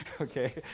okay